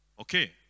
Okay